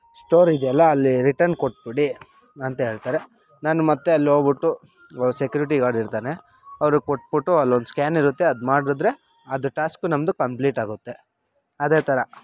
store ಇದೆಯಲ್ಲ ಅಲ್ಲಿ return ಕೊಟ್ಟುಬಿಡಿ ಅಂತ ಹೇಳ್ತಾರೆ ನಾನು ಮತ್ತೆ ಅಲ್ಲೋಗ್ಬಿಟ್ಟು ಸೆಕ್ಯೂರಿಟಿ ಗಾರ್ಡ್ ಇರ್ತಾನೆ ಅವ್ರಿಗೆ ಕೊಟ್ಬಿಟ್ಟು ಅಲ್ಲೊಂದು ಸ್ಕ್ಯಾನ್ ಇರುತ್ತೆ ಅದು ಮಾಡಿದ್ರೆ ಅದು ಟಾಸ್ಕು ನಮ್ಮದು ಕಂಪ್ಲೀಟಾಗುತ್ತೆ ಅದೇ ಥರ